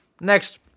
Next